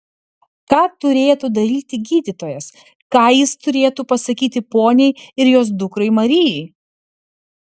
ką turėtų daryti gydytojas ką jis turėtų pasakyti poniai ir jos dukrai marijai